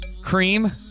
Cream